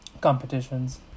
competitions